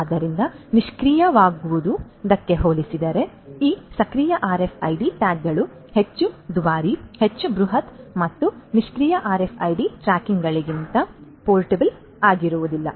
ಆದ್ದರಿಂದ ನಿಷ್ಕ್ರಿಯವಾದವುಗಳಿಗೆ ಹೋಲಿಸಿದರೆ ಈ ಸಕ್ರಿಯ RFID ಟ್ಯಾಗ್ಗಳು ಹೆಚ್ಚು ದುಬಾರಿ ಹೆಚ್ಚು ಬೃಹತ್ ಮತ್ತು ನಿಷ್ಕ್ರಿಯ RFID ಟ್ಯಾಗ್ಗಳಂತೆ ಪೋರ್ಟಬಲ್ ಆಗಿರುವುದಿಲ್ಲ